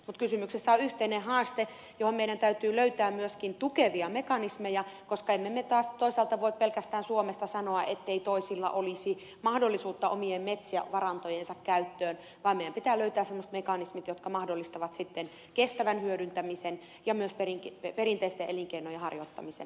mutta kysymyksessä on yhteinen haaste johon meidän täytyy löytää myöskin tukevia mekanismeja koska emme me taas toisaalta voi pelkästään suomesta sanoa ettei toisilla olisi mahdollisuutta omien metsävarantojensa käyttöön vaan meidän pitää löytää semmoiset mekanismit jotka mahdollistavat kestävän hyödyntämisen ja myös perinteisten elinkeinojen harjoittamisen